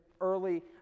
early